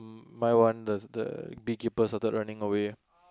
my one does the bee keeper started running away